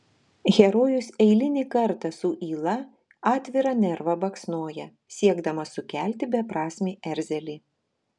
herojus eilinį kartą su yla atvirą nervą baksnoja siekdamas sukelti beprasmį erzelį